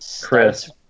Chris